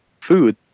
food